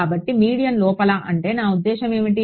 కాబట్టి మీడియం లోపల అంటే నా ఉద్దేశ్యం ఏమిటి